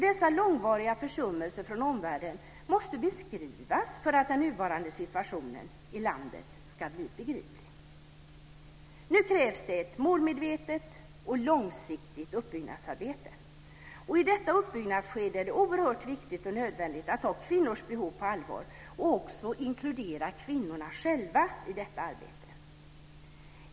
Dessa långvariga försummelser från omvärlden måste beskrivas för att den nuvarande situationen i landet ska bli begriplig. Nu krävs det ett målmedvetet och långsiktigt uppbyggnadsarbete. I detta uppbyggnadsskede är det oerhört viktigt och nödvändigt att ta kvinnors behov på allvar och också inkludera kvinnorna själva i detta arbete.